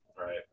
Right